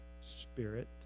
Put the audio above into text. spirit